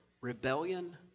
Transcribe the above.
rebellion